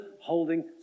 holding